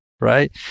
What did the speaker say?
right